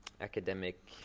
academic